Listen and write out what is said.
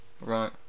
Right